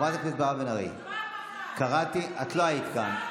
חברת הכנסת מירב בן ארי, קראתי, את לא היית כאן.